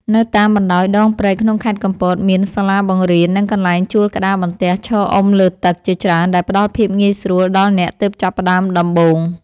នៅតាមបណ្ដោយដងព្រែកក្នុងខេត្តកំពត មានសាលាបង្រៀន និងកន្លែងជួលក្តារបន្ទះឈរអុំលើទឹកជាច្រើនដែលផ្ដល់ភាពងាយស្រួលដល់អ្នកទើបចាប់ផ្ដើមដំបូង។